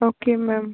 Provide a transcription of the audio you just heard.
okay ma'am